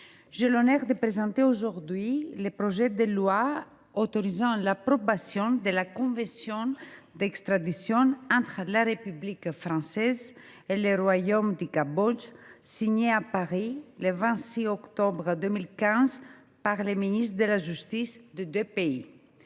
j’ai l’honneur de présenter aujourd’hui le projet de loi autorisant l’approbation de la convention d’extradition entre la République française et le royaume du Cambodge, signée à Paris le 26 octobre 2015 par les ministres de la justice des deux pays.